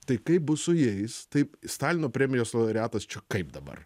tai kaip bus su jais taip stalino premijos laureatas čia kaip dabar